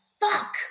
fuck